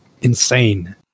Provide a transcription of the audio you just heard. insane